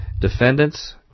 Defendants